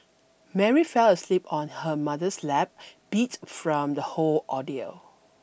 Mary fell asleep on her mother's lap beat from the whole ordeal